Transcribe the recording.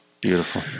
beautiful